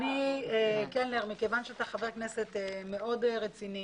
קלנר, אתה חבר כנסת מאוד רציני